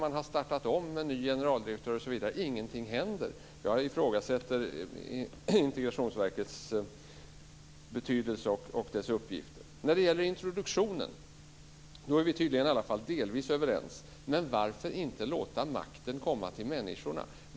Man har startat om med en ny generaldirektör osv., men ingenting händer. Jag ifrågasätter Integrationsverkets betydelse och uppgifter. Sedan var det frågan om introduktionen. Där är vi tydligen delvis överens. Men varför inte låta makten komma till människorna?